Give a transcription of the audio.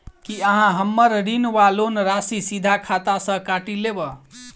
की अहाँ हम्मर ऋण वा लोन राशि सीधा खाता सँ काटि लेबऽ?